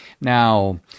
Now